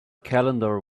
calendar